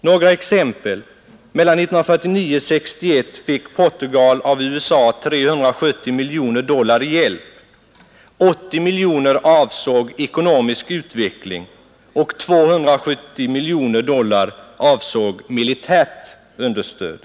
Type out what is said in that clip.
Några exempel: Mellan 1949 och 1961 fick Portugal av USA 370 miljoner dollar i hjälp. 80 miljoner dollar avsåg ekonomisk utveckling och 270 miljoner dollar avsåg militärt understöd.